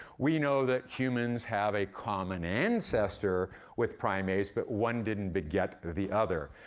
we know that humans have a common ancestor with primates, but one didn't beget the other.